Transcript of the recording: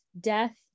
death